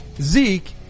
Zeke